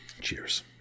Cheers